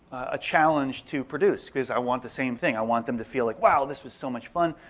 a challenge to produce. because i want the same thing, i want them to feel like wow, this was so much fun,